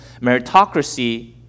meritocracy